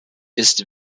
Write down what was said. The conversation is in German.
ist